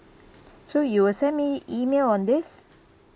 so you will send me email on this